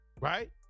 Right